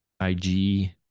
IG